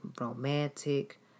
romantic